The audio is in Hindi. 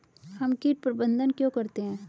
हम कीट प्रबंधन क्यों करते हैं?